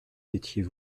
étiez